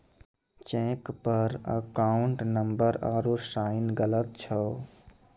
cheque पर account number आरू sign गलत छौ